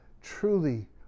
truly